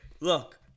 Look